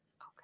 Okay